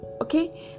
okay